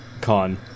con